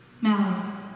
malice